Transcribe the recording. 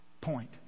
point